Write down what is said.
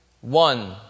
one